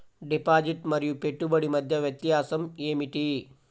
Deposit మరియు పెట్టుబడి మధ్య వ్యత్యాసం ఏమిటీ?